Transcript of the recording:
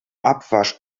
abwasch